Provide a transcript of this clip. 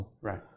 Right